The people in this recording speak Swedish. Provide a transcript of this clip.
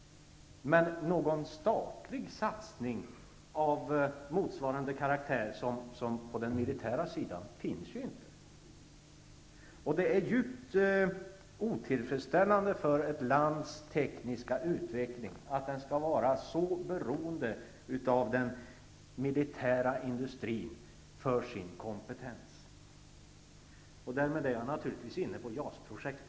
Någon statlig satsning som motsvarar den på den militära sidan finns inte. Det är djupt otillfredsställande för ett lands tekniska utveckling att denna skall vara så beroende av den militära industrin för sin kompetens. Därmed är jag naturligtvis också inne på JAS projektet.